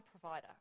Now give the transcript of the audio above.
provider